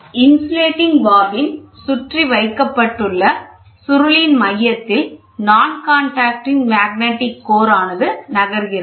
insulating bobbin சுற்றி வைக்கப்பட்டுள்ள சுருளின் மையத்தில் நான் காண்டாக்ட் இன் மேக்னெட்டிக் கோர் ஆனது நகர்கிறது